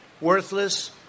worthless